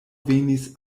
venis